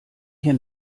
hier